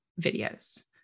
videos